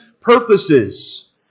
purposes